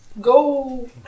Go